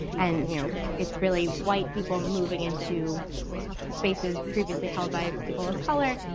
and you know it's really white people moving into spaces previously held by people of color.